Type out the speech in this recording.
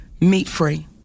meat-free